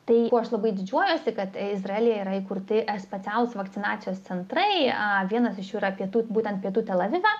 tai kuo aš labai didžiuojuosi kad izraelyje yra įkurti specialūs vakcinacijos centrai o vienas iš jų yra pietų būtent pietų tel avive